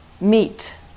meet